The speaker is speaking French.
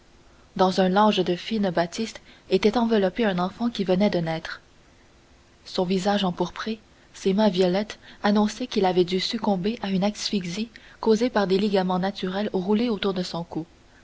dans un lange de fine batiste était enveloppé un enfant qui venait de naître son visage empourpré ses mains violettes annonçaient qu'il avait dû succomber à une asphyxie causée par des ligaments naturels roulés autour de son cou